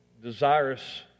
desirous